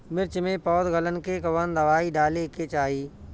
मिर्च मे पौध गलन के कवन दवाई डाले के चाही?